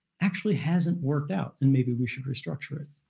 actually hasn't worked out, and maybe we should restructure it?